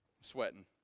sweating